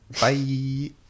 Bye